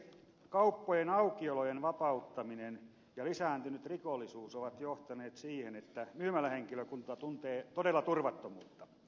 kauppojen aukiolojen vapauttaminen ja lisääntynyt rikollisuus ovat johtaneet siihen että myymälähenkilökunta tuntee todella turvattomuutta